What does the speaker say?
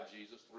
Jesus